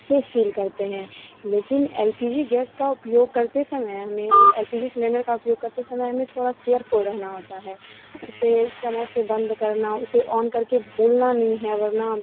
safe feel करते हैं लेकिन एल पी जी गैस का उपयोग करते समय हमें एल पी जी सिलिन्डर का उपयोग करते समय हमें थोड़ा केयरफ़ुल रहना होता है उसे समय से बंद करना उसे ऑन करके भूलना नहीं है वरना